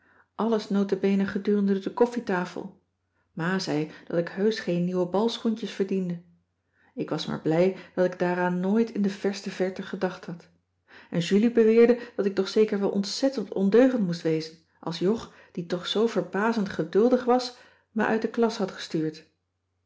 alles notabene gedurende de koffietafel ma zei dat ik heusch geen nieuwe balschoentjes verdiende ik was maar blij dat ik daaraan nooit in de verste verte gedacht had en julie beweerde dat ik toch zeker wel ontzettend ondeugend moest wezen als jog die toch zoo verbazend geduldig was me uit de klas had gestuurd